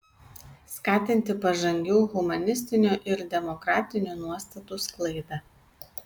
skatinti pažangių humanistinių ir demokratinių nuostatų sklaidą